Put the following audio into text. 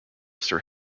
sir